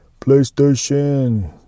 playstation